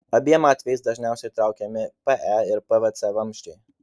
abiem atvejais dažniausiai traukiami pe ir pvc vamzdžiai